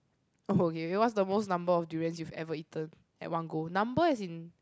okay what's the most number of durians you've ever eaten at one go number as in